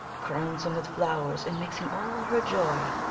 crowns him with flowers, and makes him all her joy.